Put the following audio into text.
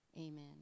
Amen